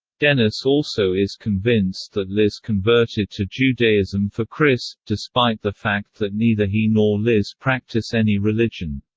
dennis also is convinced that liz converted to judaism for criss, despite the fact that neither he nor liz practice any religion.